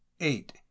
eight